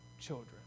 children